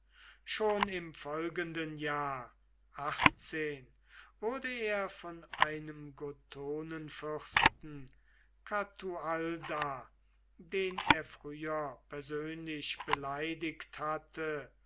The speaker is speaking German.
schon im folgenden jahr wurde er von einem gothonenfürsten catualda den er früher persönlich beleidigt hatte